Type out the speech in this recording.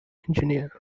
engineer